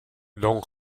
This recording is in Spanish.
don